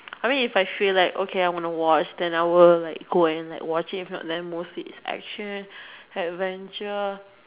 I mean if I feel like okay I'm going to watch then I will like go and like watch it if not then mostly it's like action adventure